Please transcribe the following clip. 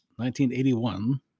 1981